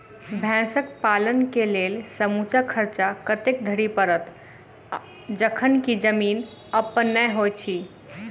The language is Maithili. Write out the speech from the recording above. भैंसक पालन केँ लेल समूचा खर्चा कतेक धरि पड़त? जखन की जमीन अप्पन नै होइत छी